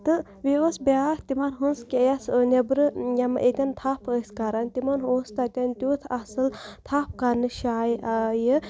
تہٕ بیٚیہِ اوس بیٛاکھ تِمَن ہنٛز کیس نیٚبرٕ یِم ییٚتٮ۪ن تھَپھ ٲسۍ کَران تِمَن اوس تَتٮ۪ن تیُتھ اَصٕل تھَپھ کَرنٕچ جایہِ یہِ